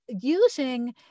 using